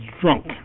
drunk